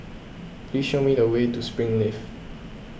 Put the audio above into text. please show me the way to Springleaf